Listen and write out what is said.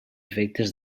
efectes